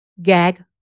Gag